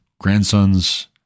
grandsons